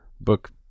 book